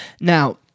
Now